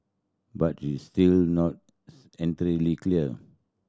but it's still not entirely clear